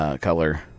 color